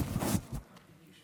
האמת